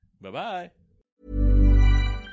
Bye-bye